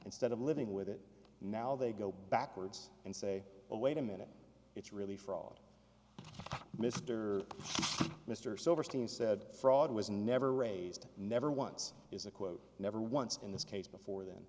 instead of living with it now they go backwards and say wait a minute it's really fraud mr mr silverstein said fraud was never raised never once is a quote never once in this case before then